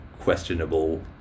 questionable